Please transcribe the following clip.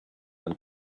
and